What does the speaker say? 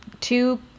two